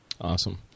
Awesome